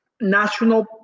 National